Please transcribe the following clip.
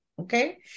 Okay